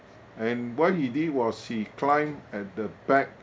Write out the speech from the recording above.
and what he did was he climbed at the back